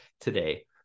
today